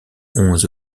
onze